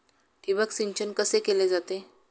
ठिबक सिंचन कसे केले जाते?